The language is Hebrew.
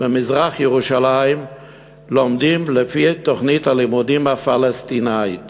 במזרח-ירושלים לומדים לפי תוכנית הלימודים הפלסטינית